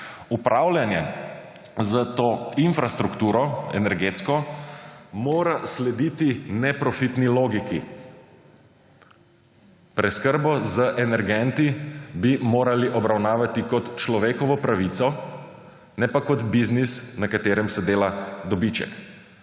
upravljanje s to energetsko infrastrukturo mora slediti neprofitni logiki. Preskrbo z energenti bi morali obravnavati kot človekovo pravico, ne pa kot biznis, na katerem se dela dobiček.